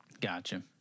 Gotcha